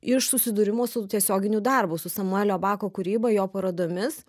iš susidūrimo su tiesioginiu darbu su samuelio bako kūryba jo parodomis